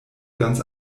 ganz